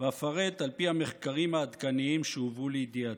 ואפרט על פי המחקרים העדכניים שהובאו לידיעתי.